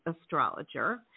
astrologer